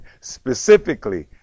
Specifically